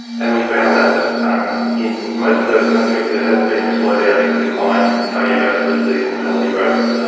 and we found that um in most of those countries there has been a slowdown in decline in cardiovascular disease mortality rates,